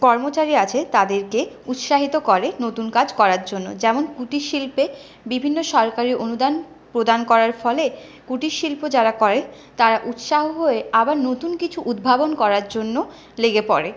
কর্মচারী আছে তাদেরকে উৎসাহিত করে নতুন কাজ করার জন্য যেমন কুটির শিল্পে বিভিন্ন সরকারি অনুদান প্রদান করার ফলে কুটির শিল্প যারা করে তারা উৎসাহ হয়ে আবার নতুন কিছু উদ্ভাবন করার জন্য লেগে পড়ে